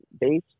base